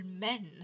men